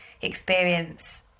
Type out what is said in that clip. experience